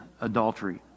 adultery